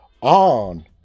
on